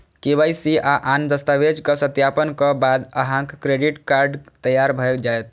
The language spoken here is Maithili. के.वाई.सी आ आन दस्तावेजक सत्यापनक बाद अहांक क्रेडिट कार्ड तैयार भए जायत